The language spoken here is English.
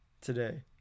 today